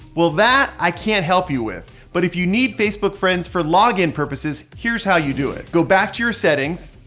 well that, i can't help you with but if you need facebook friends for login purposes, here's how you do it. go back to your settings,